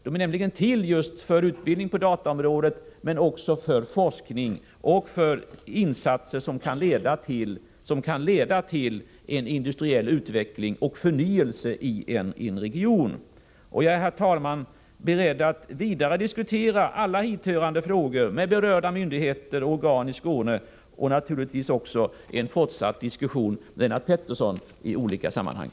De är nämligen avsedda just för utbildning på dataområdet och även för forskning och insatser som kan leda till industriell utveckling och förnyelse i en region. Jag är, herr talman, beredd att vidare diskutera alla hithörande frågor med berörda myndigheter och organ i Skåne. Naturligtvis är jag också beredd på en fortsatt diskussion med Lennart Pettersson i olika sammanhang.